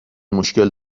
مشکل